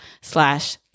slash